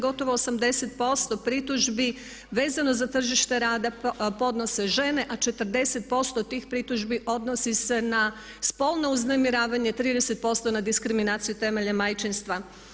Gotovo 80% pritužbi vezano je za tržište rada podnose žene a 40% tih pritužbi odnosi se na spolno uznemiravanje, 30% diskriminaciju temeljem majčinstva.